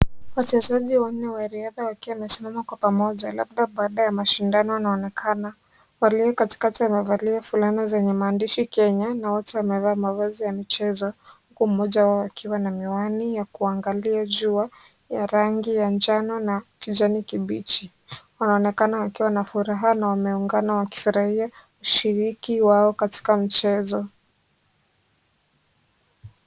Wachezaji wanne wa riadha wakiwa wamesimama kwa pamoja labda baada ya mashindano, wanaonekana walio katikati wamevalia fulana zenye maandishi Kenya, na wote wamevaa mavazi ya michezo huku mmoja wao akiwa na miwani ya kuangalia jua, ya rangi ya njano na kijani kibichi, wanaonekana wakiwa na furaha na wameungana wakifurahia ushiriki wao katika mchezo.